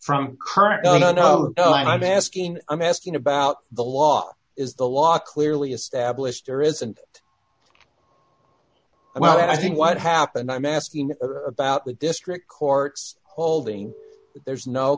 no no no no no i'm asking i'm asking about the law is the law clearly established there isn't and i think what happened i'm asking about the district court's holding there's no